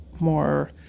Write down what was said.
more